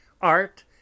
Art